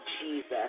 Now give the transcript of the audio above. Jesus